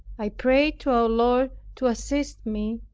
i prayed to our lord to assist me,